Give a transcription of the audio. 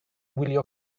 wylio